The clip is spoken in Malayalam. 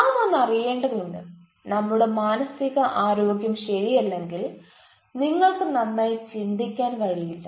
നാം ഒന്ന് അറിയേണ്ടതുണ്ട് നമ്മുടെ മാനസിക ആരോഗ്യം ശരിയല്ലെങ്കിൽ നിങ്ങൾക്ക് നന്നായി ചിന്തിക്കാൻ കഴിയില്ല